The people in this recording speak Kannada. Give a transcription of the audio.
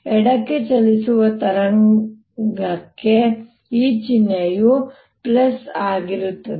ಎಡಕ್ಕೆ ಚಲಿಸುವ ತರಂಗಗೆ ಈ ಚಿಹ್ನೆಯು ಆಗುತ್ತದೆ